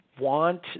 want